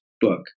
book